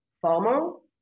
formal